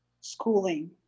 schooling